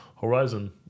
Horizon